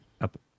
up